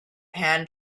pan